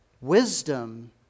Wisdom